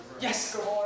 Yes